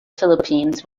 philippines